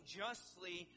justly